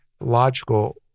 logical